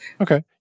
Okay